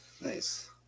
Nice